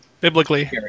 Biblically